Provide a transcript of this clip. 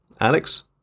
Alex